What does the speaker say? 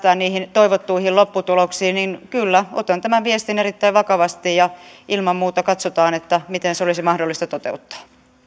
niihin toivottuihin lopputuloksiin kyllä otan tämän viestin erittäin vakavasti ja ilman muuta katsotaan miten se olisi mahdollista toteuttaa